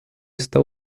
está